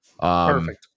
Perfect